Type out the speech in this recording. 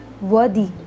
worthy